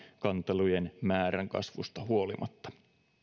kantelujen määrän kasvusta huolimatta